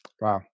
Wow